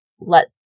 let